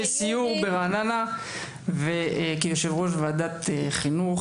בסיור ברעננה כיושב-ראש ועדת חינוך,